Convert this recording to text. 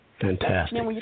Fantastic